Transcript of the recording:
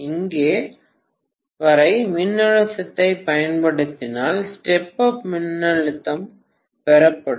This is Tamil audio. இங்கே வரை மின்னழுத்தத்தைப் பயன்படுத்தினால் ஸ்டெப் அப் மின்னழுத்தம் பெறப்படும்